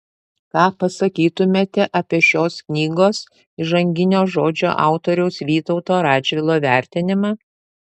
ką pasakytumėte apie šios knygos įžanginio žodžio autoriaus vytauto radžvilo vertinimą